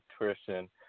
nutrition